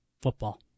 Football